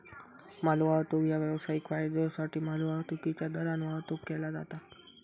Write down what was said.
मालवाहतूक ह्या व्यावसायिक फायद्योसाठी मालवाहतुकीच्यो दरान वाहतुक केला जाता